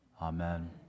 Amen